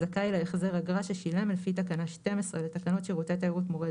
זכאי להחזר אגרה ששילם לפי תקנה 12 לתקנות שירותי תיירות (מורי